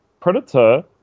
Predator